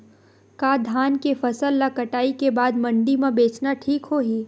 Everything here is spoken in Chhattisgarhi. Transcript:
का धान के फसल ल कटाई के बाद मंडी म बेचना ठीक होही?